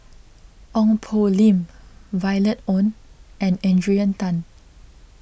Ong Poh Lim Violet Oon and Adrian Tan